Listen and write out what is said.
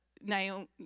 naomi